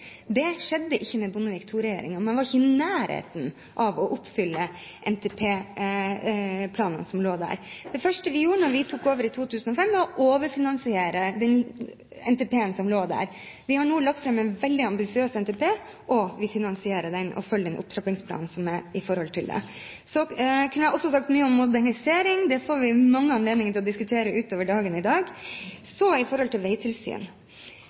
Det skjedde ikke under Bondevik II-regjeringen. Man var ikke i nærheten av å oppfylle den NTP-en som lå der. Det første vi gjorde da vi tok over i 2005, var å overfinansiere NTP-en. Vi har nå lagt fram en veldig ambisiøs NTP. Vi finansierer den og følger opptrappingsplanen i forbindelse med den. Jeg kunne også ha sagt mye om modernisering, men det får vi mange anledninger til å diskutere utover dagen i dag. Så når det gjelder veitilsyn: Jeg merket meg at Høyre hadde en ganske god kommentar i tilknytning til